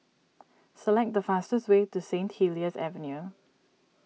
select the fastest way to Saint Helier's Avenue